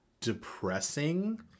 depressing